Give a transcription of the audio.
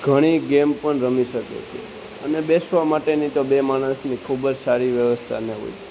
ઘણી ગેમ પણ રમી શકીએ છીએ અને બેસવાં માટેની તો બે માણસની ખૂબ જ સારી વ્યવસ્થા ત્યાં હોય છે